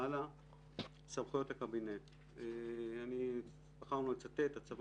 סמכויות הקבינט בחרנו לצטט: "הצבא